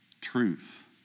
Truth